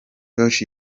tosh